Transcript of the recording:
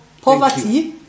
poverty